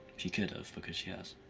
she could've, because she has.